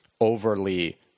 overly